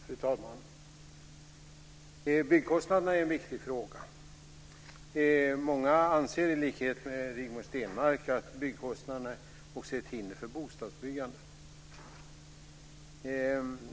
Fru talman! Byggkostnaderna är en viktig fråga. Många anser i likhet med Rigmor Stenmark att byggkostnaderna också är ett hinder för bostadsbyggandet.